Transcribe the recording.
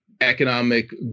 economic